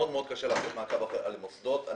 מאוד מאוד קשה לעשות מעקב על המוסדות.